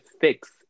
fix